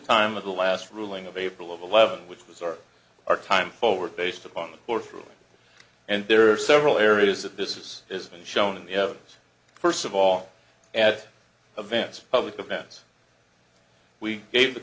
time of the last ruling of april of eleven which was our our time forward based upon the poor through and there are several areas that business has been shown in the first of all at events public events we gave the